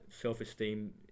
self-esteem